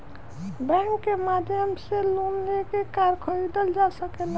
bank के माध्यम से लोन लेके कार खरीदल जा सकेला